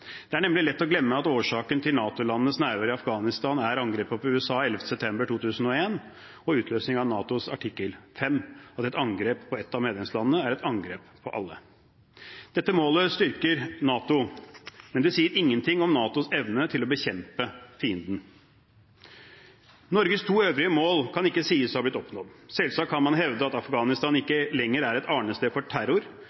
Det er nemlig lett å glemme at årsaken til NATO-landenes nærvær i Afghanistan er angrepet mot USA 11. september 2001, og utløsning av NATOs artikkel 5, som sier at et angrep på et av medlemslandene er et angrep på alle. Dette målet styrker NATO. Men det sier ingenting om NATOs evne til å bekjempe fienden. Norges to øvrige mål kan ikke sies å ha blitt oppnådd. Selvsagt kan man hevde at Afghanistan ikke